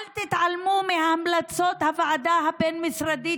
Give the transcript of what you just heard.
אל תתעלמו מהמלצות הוועדה הבין-משרדית,